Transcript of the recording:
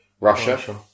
Russia